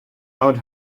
out